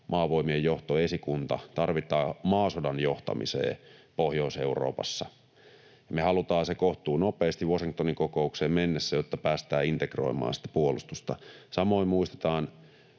maavoimien johto ja esikunta, tarvitaan maasodan johtamiseen Pohjois-Euroopassa. Me halutaan se kohtuunopeasti, Washingtonin kokoukseen mennessä, jotta päästään sitten integroimaan puolustusta. Samoin kuin muistetaan